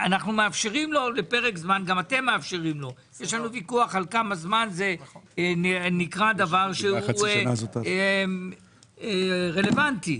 יש לנו ויכוח על כמה זמן פרק הזמן שאנחנו מאפשרים להם הוא רלוונטי.